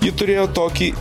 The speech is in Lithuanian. ji turėjo tokį